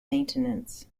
maintenance